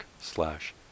slash